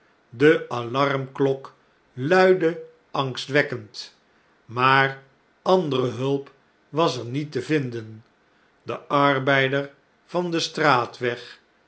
de alarmklok luidde angstwekkend maar andere hulp was er niet te vinden de arbeider van den straatweg